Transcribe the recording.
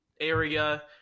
area